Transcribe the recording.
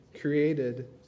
created